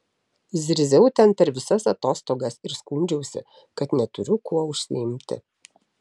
zirziau ten per visas atostogas ir skundžiausi kad neturiu kuo užsiimti